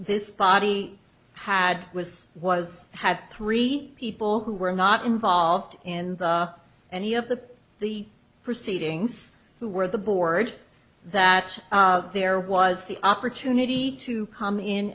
this body had was was had three people who were not involved in any of the the proceedings who were the board that there was the opportunity to come in